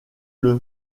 les